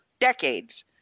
decades